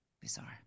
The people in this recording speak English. Bizarre